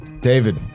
David